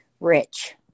rich